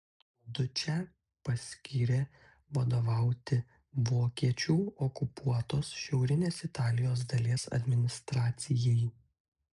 dučę paskyrė vadovauti vokiečių okupuotos šiaurinės italijos dalies administracijai